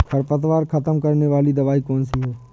खरपतवार खत्म करने वाली दवाई कौन सी है?